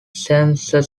sensor